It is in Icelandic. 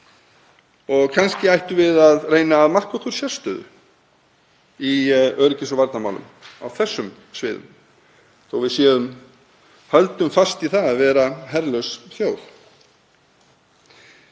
og kannski ættum við að reyna að marka okkur sérstöðu í öryggis- og varnarmálum á þessum sviðum þó að við höldum fast í það að vera herlaus þjóð.